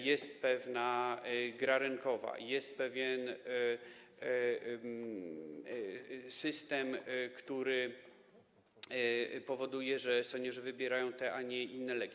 Jest pewna gra rynkowa, jest pewien system, który powoduje, że seniorzy wybierają te, a nie inne leki.